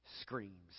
screams